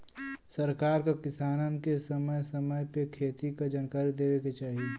सरकार क किसानन के समय समय पे खेती क जनकारी देवे के चाही